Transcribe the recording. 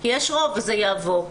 כי יש רוב וזה יעבור.